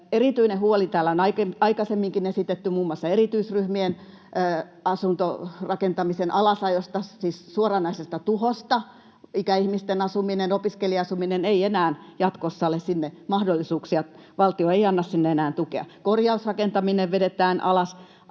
Erityinen huoli täällä on aikaisemminkin esitetty muun muassa erityisryhmien asuntorakentamisen alasajosta, siis suoranaisesta tuhosta. Ikäihmisten asuminen, opiskelija-asuminen: jatkossa valtio ei anna sinne enää tukea. Korjausrakentaminen vedetään alas.